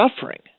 suffering